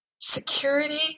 security